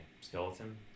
skeleton